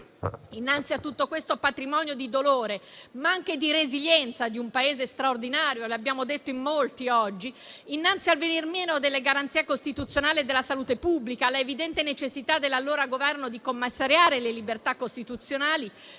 Innanzi a tutto questo patrimonio di dolore, ma anche di resilienza di un Paese straordinario, e l'abbiamo detto in molti oggi; innanzi al venir meno delle garanzie costituzionali e della salute pubblica, all'evidente necessità dell'allora Governo di commissariare le libertà costituzionali,